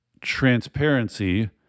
transparency